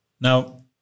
Now